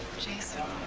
jason,